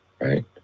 right